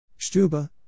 Stuba